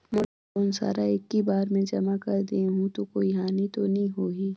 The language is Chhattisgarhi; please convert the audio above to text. मोर लोन सारा एकी बार मे जमा कर देहु तो कोई हानि तो नी होही?